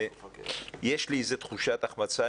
ויש לי איזו תחושת החמצה,